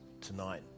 tonight